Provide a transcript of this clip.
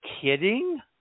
kidding